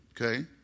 okay